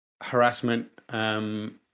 harassment